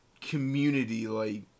community-like